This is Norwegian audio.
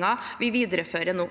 Trøen (H)